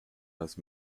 las